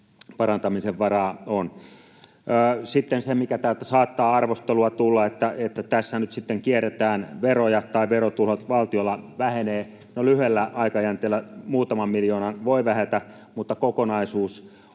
parantamisen varaa on. Sitten se, mistä täältä saattaa arvostelua tulla, on se, että tässä nyt sitten kierretään veroja tai verotulot valtiolla vähenevät. No, lyhyellä aikajänteellä muutaman miljoonan voi vähetä, mutta kokonaisuus